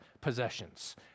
possessions